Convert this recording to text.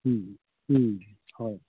হয়